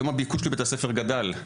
היום הביקוש לבית הספר גדל,